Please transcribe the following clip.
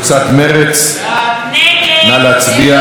נא להצביע על הסתייגות 13,